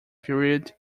period